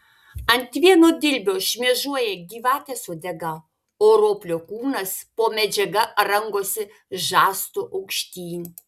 ant vieno dilbio šmėžuoja gyvatės uodega o roplio kūnas po medžiaga rangosi žastu aukštyn